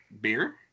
beer